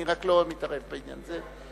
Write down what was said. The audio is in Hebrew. אני רק לא מתערב בעניין הזה.